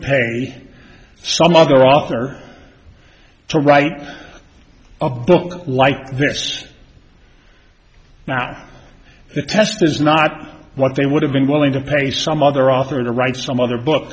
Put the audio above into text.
pay some other author to write a book like this now the test is not what they would have been willing to pay some other author to write some other book